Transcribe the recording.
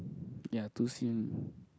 ya two seal